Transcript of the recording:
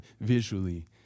visually